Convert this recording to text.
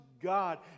God